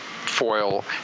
foil